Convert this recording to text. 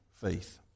faith